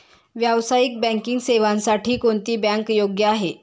व्यावसायिक बँकिंग सेवांसाठी कोणती बँक योग्य आहे?